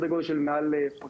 סדר גודל של מעל חודשיים.